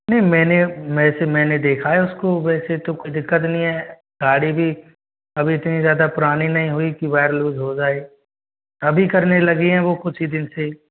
नहीं मैंने जैसे मैंने देखा है उसको वैसे तो कोई दिक्कत नहीं है गाड़ी भी अभी इतनी ज़्यादा पुरानी नहीं हुई कि वायर लूज हो जाए अभी करने लगी है वो कुछ ही दिन से